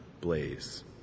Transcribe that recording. blaze